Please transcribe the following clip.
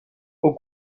aux